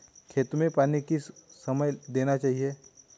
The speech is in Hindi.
खेतों में पानी किस समय देना चाहिए?